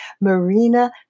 Marina